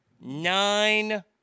nine